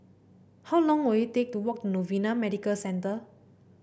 how long will it take to walk Novena Medical Centre